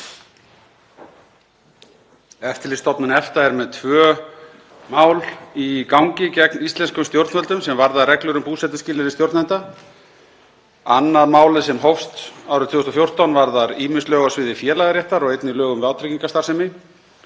Eftirlitsstofnun EFTA er með tvö mál í gangi gegn íslenskum stjórnvöldum sem varða reglur um búsetuskilyrði stjórnenda. Annað málið, sem hófst árið 2014, varðar ýmis lög á sviði félagaréttar og einnig lög um vátryggingastarfsemi.